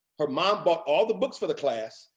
her mom bought all the books for the class,